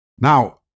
Now